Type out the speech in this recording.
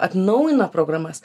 atnaujina programas